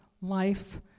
life